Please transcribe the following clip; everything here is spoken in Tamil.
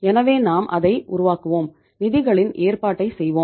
எனவே நாம் அதை உருவாக்குவோம் நிதிகளின் ஏற்பாட்டை செய்வோம்